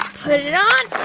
ah put it on.